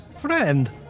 friend